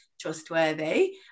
trustworthy